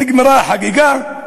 נגמרה החגיגה,